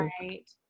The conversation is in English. Right